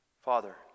Father